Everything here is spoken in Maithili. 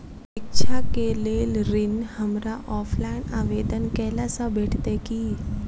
शिक्षा केँ लेल ऋण, हमरा ऑफलाइन आवेदन कैला सँ भेटतय की?